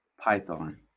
python